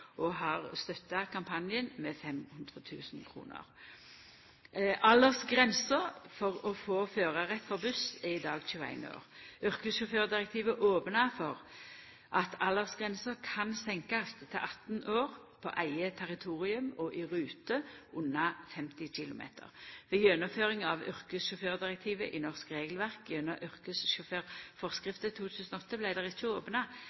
og har støtta kampanjen med 500 000 kr. Aldersgrensa for å få førarrett for buss er i dag 21 år. Yrkessjåførdirektivet opnar for at aldersgrensa kan senkast til 18 år på eige territorium og i rute under 50 km. Ved gjennomføring av yrkessjåførdirektivet i norsk regelverk gjennom yrkessjåførforskrifta i 2008 vart det ikkje opna